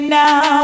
now